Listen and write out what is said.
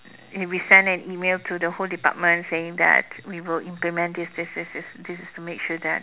we send an email to the whole department saying that we will implement this this this this is to make sure that